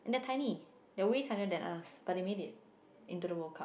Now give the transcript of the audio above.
and they are tiny they are way tinier than us but they made it into the World-Cup